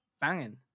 banging